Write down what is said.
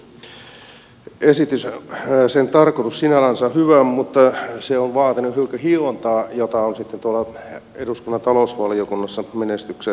tämän hallituksen esityksen tarkoitus sinällänsä on hyvä mutta se on vaatinut hiukan hiontaa jota on sitten tuolla eduskunnan talousvaliokunnassa menestyksekkäästi mielestäni tehty